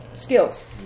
Skills